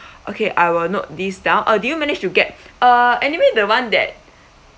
okay I will note this down uh do you manage to get uh anyway the one that